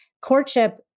courtship